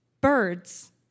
birds